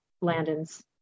Landon's